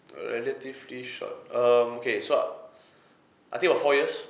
relatively short um okay so uh I think about four years